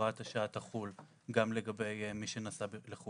שהוראת השעה תחול גם לגבי מי שנסע לחו"ל.